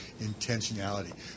intentionality